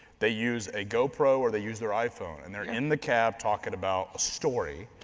they use a gopro or they use their iphone and they're in the cab talking about a story.